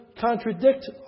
contradict